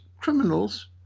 criminals